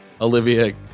Olivia